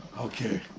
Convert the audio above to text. Okay